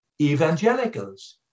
evangelicals